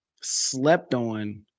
slept-on